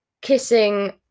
kissing